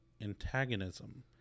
antagonism